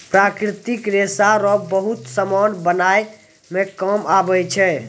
प्राकृतिक रेशा रो बहुत समान बनाय मे काम आबै छै